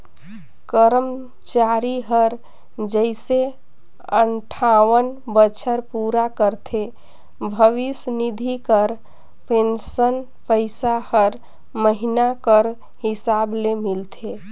करमचारी हर जइसे अंठावन बछर पूरा करथे भविस निधि कर पेंसन पइसा हर महिना कर हिसाब ले मिलथे